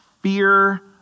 fear